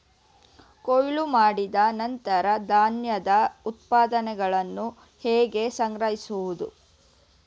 ಕೊಯ್ಲು ಮಾಡಿದ ನಂತರ ಧಾನ್ಯದ ಉತ್ಪನ್ನಗಳನ್ನು ಹೇಗೆ ಸಂಗ್ರಹಿಸುವುದು?